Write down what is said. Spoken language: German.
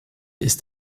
ist